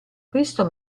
questo